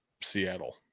Seattle